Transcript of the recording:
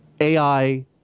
AI